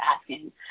asking